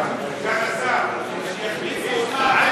סגן השר, שיחליפו אותך.